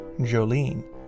Jolene